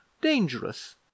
dangerous